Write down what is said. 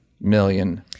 million